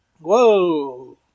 Whoa